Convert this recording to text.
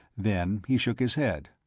then he shook his head.